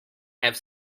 have